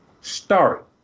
start